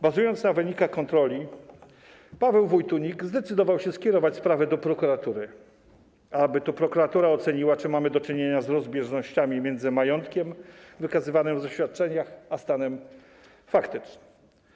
Bazując na wynikach kontroli, Paweł Wojtunik zdecydował się skierować sprawę do prokuratury, aby to prokuratura oceniła, czy mamy do czynienia z rozbieżnościami między majątkiem wykazywanym w oświadczeniach a stanem faktycznym.